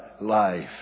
life